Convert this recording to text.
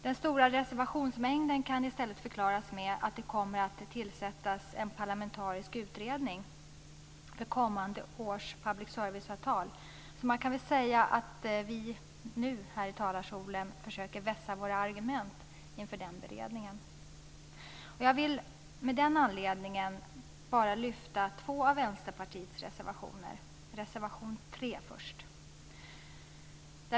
Den stora reservationsmängden kan i stället förklaras med att det kommer att tillsättas en parlamentarisk utredning för kommande års public service-avtal. Man kan väl säga att vi nu här i talarstolen försöker vässa våra argument inför den beredningen. Jag vill med anledning av detta bara lyfta fram två av Vänsterpartiets reservationer, först reservation 3.